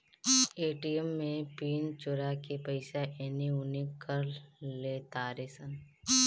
ATM में PIN चोरा के पईसा एने ओने कर लेतारे सन